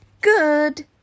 Good